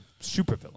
supervillain